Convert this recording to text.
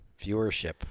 viewership